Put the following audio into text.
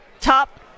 top